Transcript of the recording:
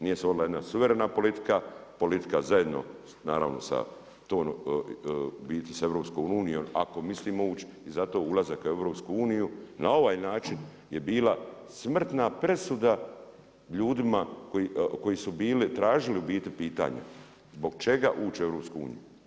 Nije se vodila jedna suvremena politika, politika zajedno naravno sa EU, ako želimo ući i zato ulazak u EU, na ovaj način je bila smrtna presuda ljudima koji su bili tražili u biti pitanje, zbog čega ući u EU.